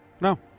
No